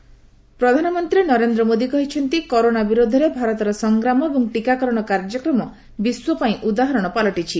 ମନ୍ କି ବାତ୍ ପ୍ରଧାନମନ୍ତ୍ରୀ ନରେନ୍ଦ୍ର ମୋଦି କହିଛନ୍ତି କରୋନା ବିରୋଧରେ ଭାରତର ସଂଗ୍ରାମ ଏବଂ ଟିକାକରଣ କାର୍ଯ୍ୟକ୍ରମ ବିଶ୍ୱ ପାଇଁ ଉଦାହରଣ ପାଲଟିଛି